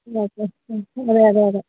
അതെയതെയതെ